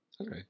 Okay